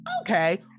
okay